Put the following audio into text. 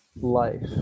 life